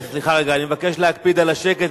אני מבקש להקפיד על השקט.